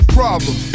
problem